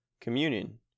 Communion